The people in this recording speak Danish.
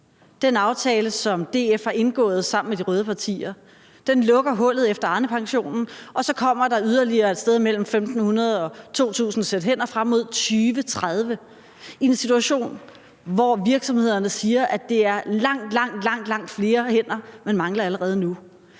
Den aftale, som DF har indgået sammen med de røde partier, lukker hullet efter Arnepensionen, og så kommer der yderligere et sted mellem 1.500 og 2.000 sæt hænder frem mod 2030 – i en situation, hvor virksomhederne siger, at det er langt, langt flere hænder, man mangler allerede nu.